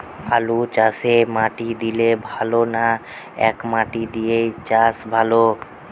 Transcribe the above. আলুচাষে মাটি দিলে ভালো না একমাটি দিয়ে চাষ ভালো?